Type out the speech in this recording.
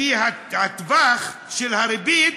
כי הם משחקים בטווח של הריבית